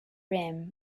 rim